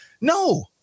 No